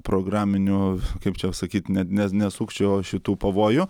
programinių kaip čia sakyt ne ne ne sukčių o šitų pavojų